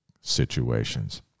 situations